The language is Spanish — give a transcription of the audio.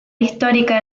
histórica